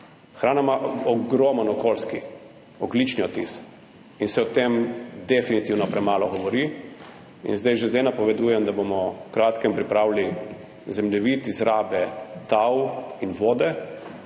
Hrana ima ogromen okoljski ogljični odtis in se o tem definitivno premalo govori. Že zdaj napovedujem, da bomo v kratkem pripravili zemljevid izrabe tal in vode